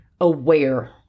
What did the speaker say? aware